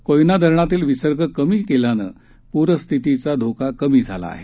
कोयना धरणातील विसर्ग कमी केल्यानं पूर स्थितीचा धोका कमी झाला आहे